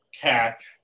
catch